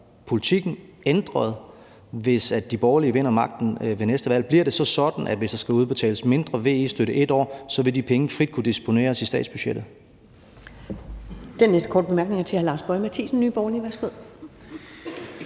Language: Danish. hvis de borgerlige vinder magten ved næste valg? Bliver det så sådan, at hvis der skal udbetales mindre i VE-støtte et år, vil de penge frit kunne disponeres over i statsbudgettet?